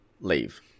leave